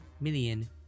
million